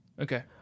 okay